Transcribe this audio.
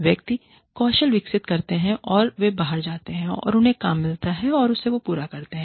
व्यक्ति कौशल विकसित करते हैं और वे बाहर जाते हैं और उन्हें काम मिलता और वो उसे पूरा करते है